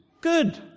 Good